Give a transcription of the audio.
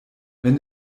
wenn